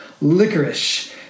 licorice